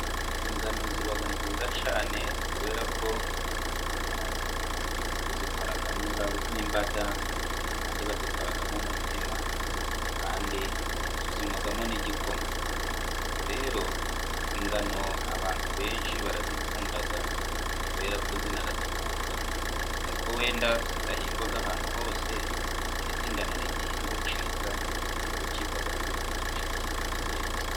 Ingano ziba nziza cyane kubera kozikoramo imbada, bazikoramo umutsima, kandi tuzinywamo n'igikoma. Ubwo rero ingano abantu benshi barazikunda kubera ko ziranatubukabuka, nubwo wenda zidahingwa ahantu hose, ariko ingano ni igihingwa cyiza zaba kivamo ibintu byinshi, byiza by'ingenzi.